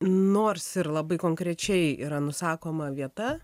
nors ir labai konkrečiai yra nusakoma vieta